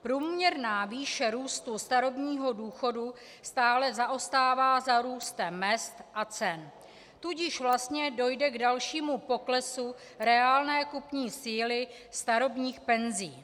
Průměrná výše růstu starobního důchodu stále zaostává za růstem mezd a cen, tudíž vlastně dojde k dalšímu poklesu reálné kupní síly starobních penzí.